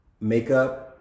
makeup